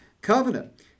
covenant